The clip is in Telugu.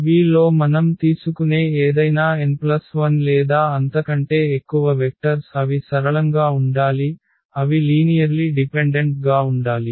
V లో మనం తీసుకునే ఏదైనా n1 లేదా అంతకంటే ఎక్కువ వెక్టర్స్ అవి సరళంగా ఉండాలి అవి లీనియర్లి డిపెండెంట్ గా ఉండాలి